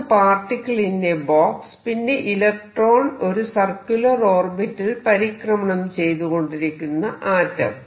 ഒന്ന് particle in a box പിന്നെ electron ഒരു സർക്യൂലർ ഓർബിറ്റലിൽ പരിക്രമണം ചെയ്തുകൊണ്ടിരിക്കുന്ന ആറ്റം